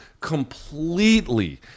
completely